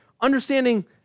understanding